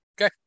Okay